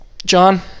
John